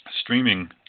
streaming